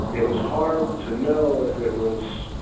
it was hard to know if it was,